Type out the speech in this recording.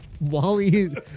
Wally